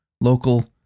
local